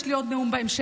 יש לי עוד נאום בהמשך.